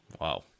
Wow